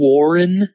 Warren